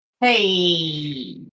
Hey